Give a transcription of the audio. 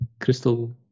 crystal